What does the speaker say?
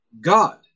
God